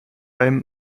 allem